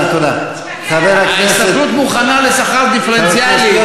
ההסתדרות מוכנה לשכר דיפרנציאלי.